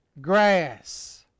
Grass